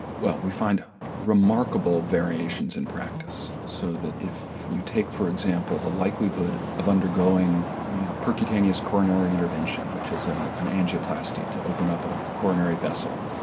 well we find ah remarkable variations in practice so that if you take for example the likelihood of undergoing percutaneous coronary intervention which is ah an angioplasty to open up a coronary vessel,